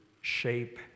shape